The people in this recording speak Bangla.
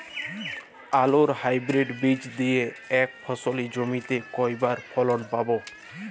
আলুর হাইব্রিড বীজ দিয়ে এক ফসলী জমিতে কয়বার ফলন পাব?